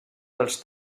dels